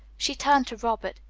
she turned to robert.